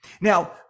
Now